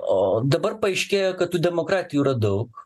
o dabar paaiškėjo kad tų demokratijų yra daug